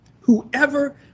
Whoever